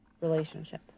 relationship